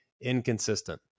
inconsistent